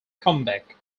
comeback